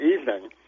evening